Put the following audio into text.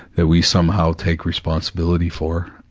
that we somehow take responsibility for,